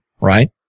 right